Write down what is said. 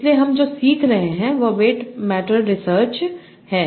इसलिए हम जो सीख रहे हैं वह वेट मैटर रिसर्च है